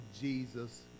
Jesus